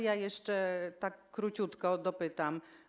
Jeszcze tak króciutko dopytam.